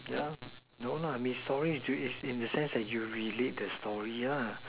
yeah no lah me story as in the sense that you relate the story yeah